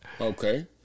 Okay